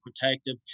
protective